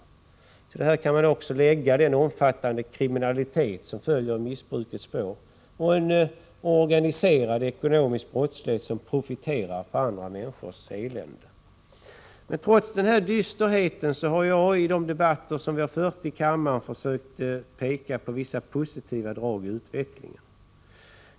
Till detta kan man också lägga den omfattande kriminalitet som följer i missbrukets spår och en organiserad ekonomisk brottslighet som profiterar på andra människors elände. Trots den här dysterheten har jag i de debatter som förts här i kammaren försökt peka på vissa positiva drag i utvecklingen.